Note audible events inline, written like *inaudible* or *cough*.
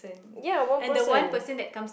ya one person *breath*